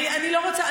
אני לא רוצה,